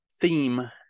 theme